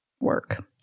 Work